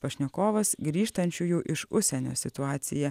pašnekovas grįžtančiųjų iš užsienio situacija